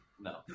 No